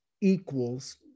equals